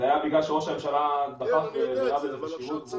זה היה בגלל שראש הממשלה היה מעורב בזה ישירות.